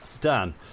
Dan